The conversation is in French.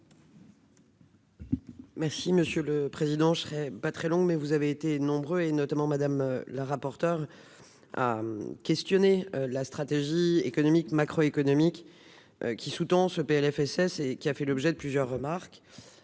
Merci monsieur le président, je serai pas très long, mais vous avez été nombreux et notamment Madame la rapporteure à questionner la stratégie économique, macro-économique qui sous-tend ce PLFSS et qui a fait l'objet de plusieurs remarques,